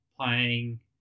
playing